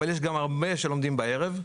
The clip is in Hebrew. אבל יש גם הרבה שלומדים בערב.